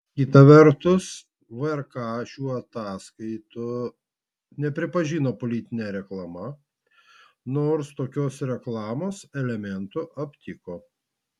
kita vertus vrk šių ataskaitų nepripažino politine reklama nors tokios reklamos elementų aptiko